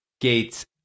gates